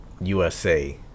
USA